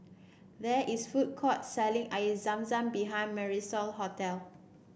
there is food court selling Air Zam Zam behind Marisol hotel